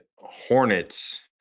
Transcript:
Hornets